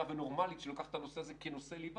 ונורמלית שלוקחת את הנושא הזה כנושא ליבה.